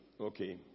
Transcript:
Okay